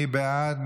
מי בעד?